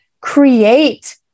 Create